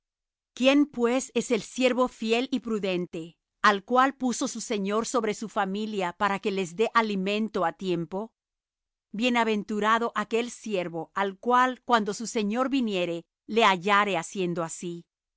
quién pues es el siervo fiel y prudente al cual puso su señor sobre su familia para que les dé alimento á tiempo bienaventurado aquel siervo al cual cuando su señor viniere le hallare haciendo así